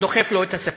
דוחף לו את הסכין.